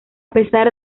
pesar